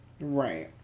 right